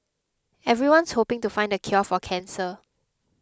everyone's hoping to find the cure for cancer